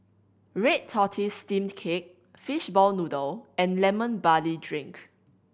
red tortoise steamed cake fishball noodle and Lemon Barley Drink